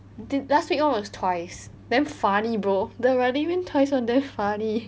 the last week one was twice damn funny brother the running man twice damn funny